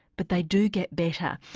but they do get better.